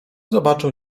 zobaczył